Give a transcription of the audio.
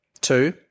Two